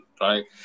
right